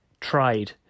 tried